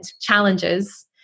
challenges